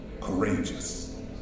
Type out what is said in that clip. Courageous